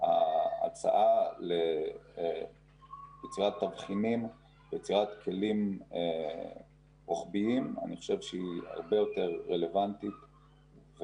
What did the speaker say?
ההצעה ליצירת תבחינים וכלים רוחביים היא הרבה יותר רלוונטית,